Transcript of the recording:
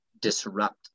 disrupt